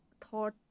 thought